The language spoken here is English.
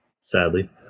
Sadly